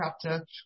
chapter